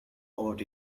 about